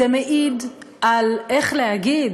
זה מעיד על, איך להגיד,